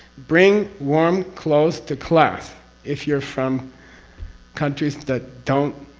bring warm clothes to class if you're from countries that don't